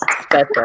Special